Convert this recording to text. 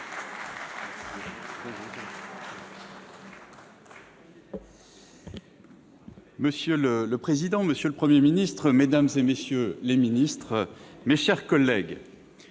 Monsieur le président, monsieur le Premier ministre, mesdames, messieurs les ministres, mes chers collègues,